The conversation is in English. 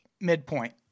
Midpoint